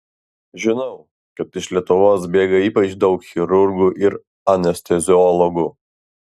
žinau kad iš lietuvos bėga ypač daug chirurgų ir anesteziologų